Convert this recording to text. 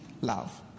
love